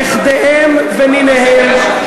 נכדיהם וניניהם.